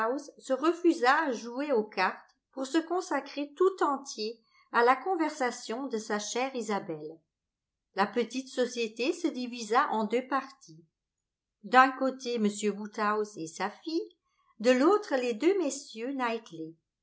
se refusa à jouer aux cartes pour se consacrer tout entier à la conversation de sa chère isabelle la petite société se divisa en deux parties d'un côté m woodhouse et sa fille de l'autre les deux messieurs